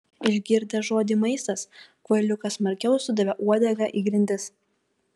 išgirdęs žodį maistas kvailiukas smarkiau sudavė uodega į grindis